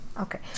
Okay